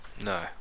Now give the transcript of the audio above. No